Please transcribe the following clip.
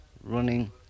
running